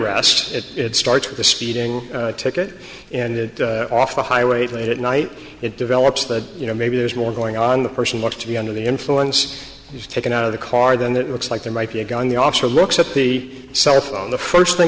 st it starts with a speeding ticket and off the highway late at night it develops that you know maybe there's more going on the person wants to be under the influence he's taken out of the car than it looks like there might be a gun the officer looks at the cell phone the first thing